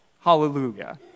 hallelujah